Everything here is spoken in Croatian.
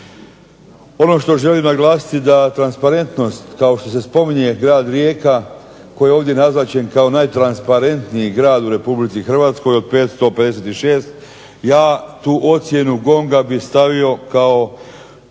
Ono što želim naglasiti da transparentnost kao što se spominje grad Rijeka koji je ovdje naznačen kao najtransparentniji grad u Republici Hrvatskoj od 556 ja tu ocjenu GONG-a bih stavio kao